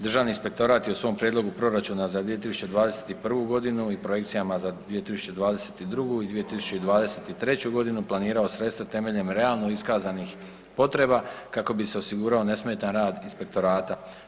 Državni inspektorat je u svom prijedlogu proračuna za 2012. godinu i projekcijama za 2022. i 2023. planirao sredstva temeljem realno iskaznih potreba kako bi se osigurao nesmetan rad inspektorata.